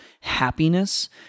happiness